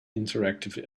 interactive